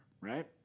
right